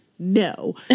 No